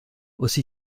aussi